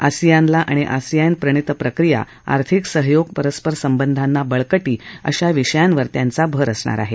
ASEAN ला आणि ASEAN प्रणित प्रक्रिया आर्थिक सहयोग परस्पर संबंधांना बळकीी आदी विषयांवर त्यांचा भर असणार आहे